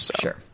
Sure